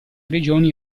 regioni